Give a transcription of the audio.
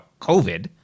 COVID